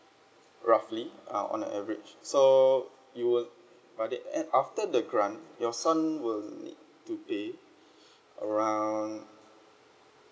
roughly uh on a average so you will but that at after the grant your son will need to pay around